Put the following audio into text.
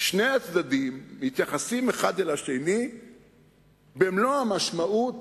שני הצדדים מתייחסים אחד אל השני במלוא המשמעות